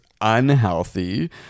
unhealthy